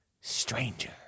stranger